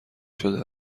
شده